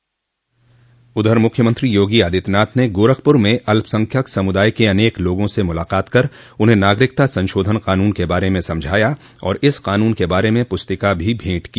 उधर मुख्यमंत्री योगी आदित्यनाथ ने गोरखपुर में अल्पससंख्यक समुदाय क अनेक लोगों से मुलाकात कर उन्हें नागरिकता संशोधन कानून के बारे में समझाया और इस क़ानून के बारे में पुस्तिका भी भेंट की